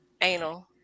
anal